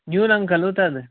न्यूनं खलु तद्